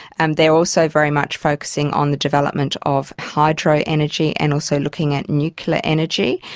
and they are also very much focusing on the development of hydro energy and also looking at nuclear energy.